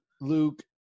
Luke